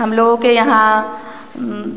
हम लोगों के यहाँ